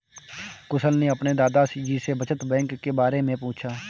कुशल ने अपने दादा जी से बचत बैंक के बारे में पूछा